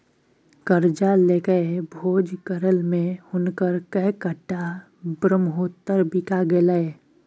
करजा लकए भोज करय मे हुनक कैकटा ब्रहमोत्तर बिका गेलै